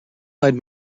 eyed